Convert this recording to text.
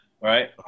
right